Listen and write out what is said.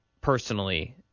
personally